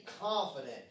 confident